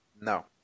no